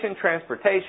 transportation